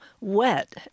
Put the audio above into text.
wet